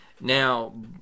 Now